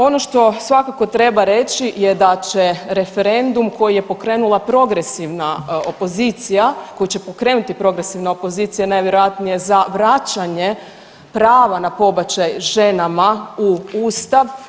Ono što svakako treba reći je da će referendum koji je pokrenula progresivna opozicija, koju će pokrenuti progresivna opozicija najvjerojatnije za vraćanje prava na pobačaj ženama u ustav